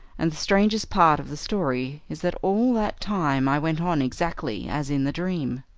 and the strangest part of the story is that all that time i went on exactly as in the dream,